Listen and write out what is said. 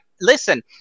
Listen